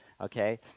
okay